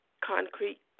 concrete